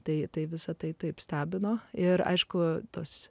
tai visa tai taip stebino ir aišku tas